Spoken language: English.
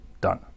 done